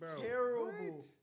terrible